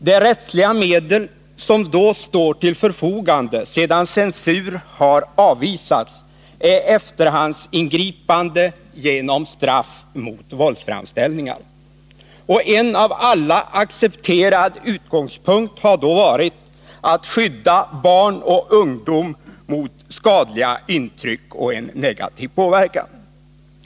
De rättsliga medel som står till förfogande sedan censur avvisats är efterhandsingripande genom straff mot våldsframställningar. En av alla accepterad utgångspunkt har varit att skydda barn och ungdom mot skadliga intryck och negativ påverkan.